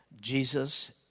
Jesus